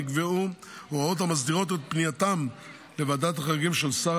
נקבעו הוראות המסדירות את פנייתם לוועדת החריגים של שר